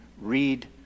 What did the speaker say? read